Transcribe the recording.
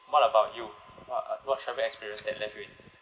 what about you uh what travel experience that left you in